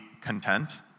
content